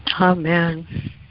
Amen